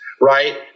right